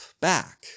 back